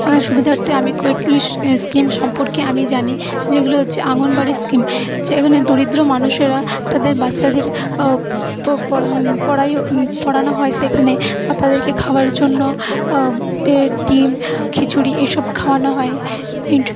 সুবিধার্তে আমি কয়েকটি স্কিম সম্পর্কে আমি জানি যেগুলো হচ্ছে আঙ্গন বাড়ির স্কিম যেখানে দরিদ্র মানুষেরা তাদের বাচ্চাদের পড়ায় পড়ায় পড়ানো হয় সেখানে বা তাদেরকে খাবার জন্য ডি ডিম খিচুড়ি এইসব খাওয়ানো হয়